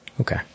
okay